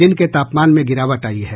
दिन के तापमान में गिरावट आयी है